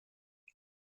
ich